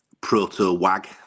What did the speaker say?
proto-wag